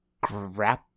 grab